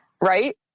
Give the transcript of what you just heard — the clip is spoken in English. Right